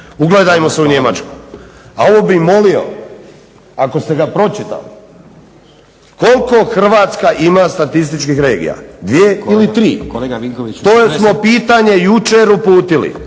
ugledajmo se u Njemačku. A ovo bih molio ako ste ga pročitali koliko Hrvatska ima statističkih regija dvije ili tri? **Stazić,